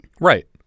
Right